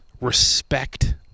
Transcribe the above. respect